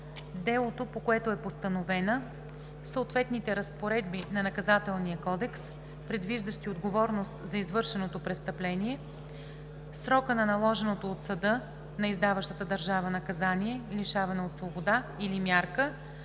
делото, по което е постановена, съответните разпоредби на Наказателния кодекс, предвиждащи отговорност за извършеното престъпление, срока на наложеното от съда на издаващата държава наказание лишаване от свобода или мярка,